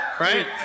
Right